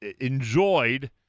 enjoyed